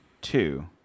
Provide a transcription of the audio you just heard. two